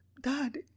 Dad